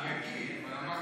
אני אגיב.